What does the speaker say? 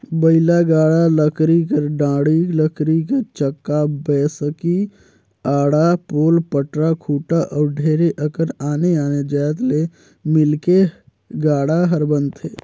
बइला गाड़ा लकरी कर डाड़ी, लकरी कर चक्का, बैसकी, आड़ा, पोल, पटरा, खूटा अउ ढेरे अकन आने आने जाएत ले मिलके गाड़ा हर बनथे